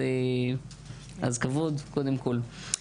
אז כבוד קודם כל.